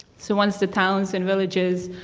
so once the towns and villages